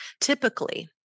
Typically